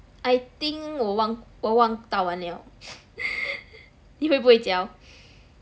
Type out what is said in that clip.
I think 我忘到完了 你会不会教